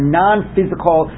non-physical